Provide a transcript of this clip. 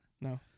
No